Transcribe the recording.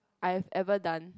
I have ever done